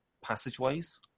passageways